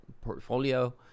portfolio